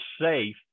safe